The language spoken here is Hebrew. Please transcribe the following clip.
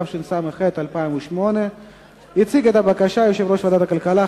התשס"ח 2008. יציג את הבקשה יושב-ראש ועדת הכלכלה,